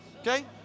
Okay